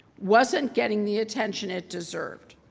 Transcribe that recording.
wasn't getting the attention it deserved.